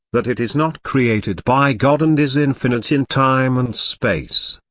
that it is not created by god and is infinite in time and space.